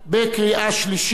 בקריאה שלישית.